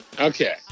okay